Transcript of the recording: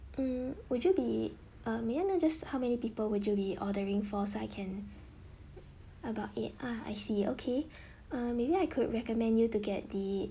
mm would you be uh may I know just how many people would you be ordering for so I can about eight ah I see okay uh maybe I could recommend you to get the